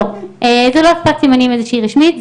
זה לא שפת סימנים רשמית,